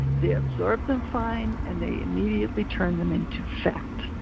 they absorb them fine, and they immediately turn them into fat.